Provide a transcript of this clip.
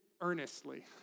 earnestly